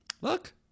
look